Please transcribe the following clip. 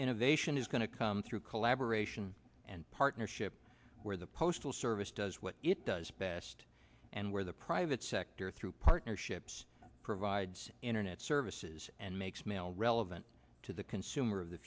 innovation is going to come through collaboration and partnership where the postal service does what it does best and where the private sector through partnerships provides internet services and makes mail relevant to the consumer